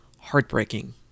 heartbreaking